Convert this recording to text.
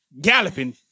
galloping